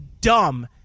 dumb